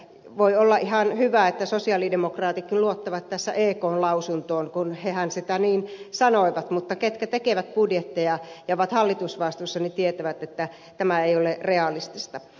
voi olla ihan hyvä että sosialidemokraatit luottavat tässä ekn lausuntoon kun hehän sen niin sanoivat mutta ketkä tekevät budjetteja ja ovat hallitusvastuussa tietävät että tämä ei ole realistista